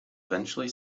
eventually